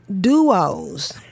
duos